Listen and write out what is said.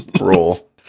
roll